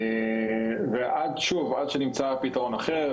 עד שנמצא פתרון אחר.